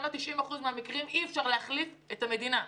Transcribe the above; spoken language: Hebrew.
ב-90% מן המקרים אי אפשר להחליף את המדינה,